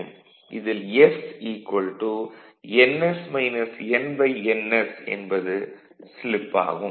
இதில் s ns nns என்பது slip ஆகும்